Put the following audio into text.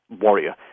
warrior